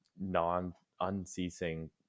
non-unceasing